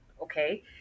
okay